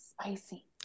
Spicy